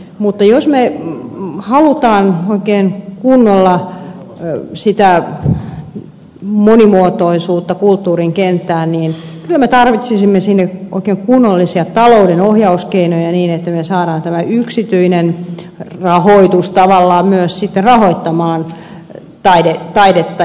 mutta jos me haluamme oikein kunnolla monimuotoisuutta kulttuurin kenttään kyllä me tarvitsisimme sinne oikein kunnollisia talouden ohjauskeinoja niin että saisimme yksityisen rahoituksen tavallaan myös rahoittamaan taidetta